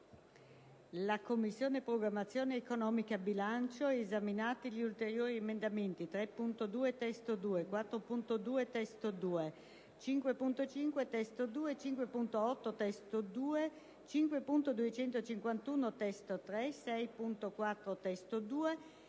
«La Commissione programmazione economica, bilancio, esaminati gli ulteriori emendamenti 3.2 (testo 2), 4.2 (testo 2), 5.5 (testo 2), 5.8 (testo 2), 5.251 (testo 3), 6.4 (testo 2)